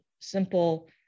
simple